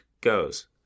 goes